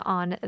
on